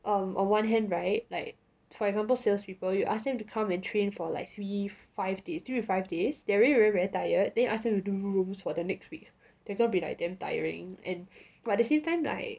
um on one hand [right] like for example sales people you ask them to come and train for like three five three to five days they are really very tired then you ask them to do rooms for the next week they're gonna be like damn tiring and but at the same time like